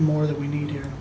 more that we need here